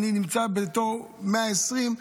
אני נמצא בתור במקום 120,